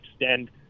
extend